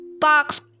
box